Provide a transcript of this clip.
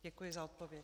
Děkuji za odpověď.